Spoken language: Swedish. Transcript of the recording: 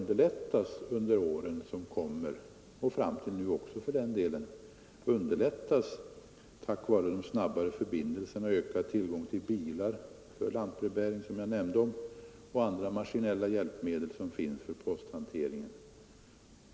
Detta underlättas av de snabba förbindelserna och en ökad tillgång på bilar för lantbrevbäring samt andra maskinella hjälpmedel som finns för posthanteringen.